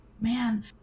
man